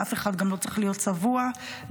ואף אחד גם לא צריך להיות צבוע בכלום.